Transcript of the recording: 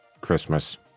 Christmas